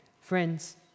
Friends